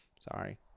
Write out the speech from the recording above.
sorry